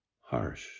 harsh